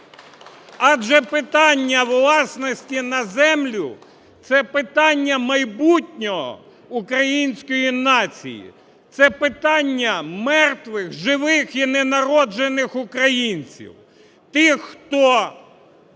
адже питання власності на землю – це питання майбутнього української нації, це питання мертвих, живих і ненароджених українців, тих, хто